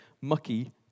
mucky